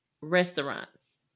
restaurants